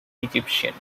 egyptians